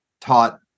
taught